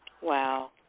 Wow